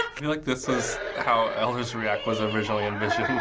feel like this is how elders react was originally envisioned.